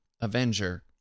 Avenger